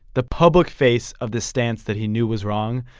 the public face of this stance that he knew was wrong,